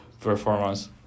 performance